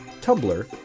Tumblr